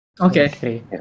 okay